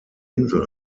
insel